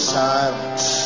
silence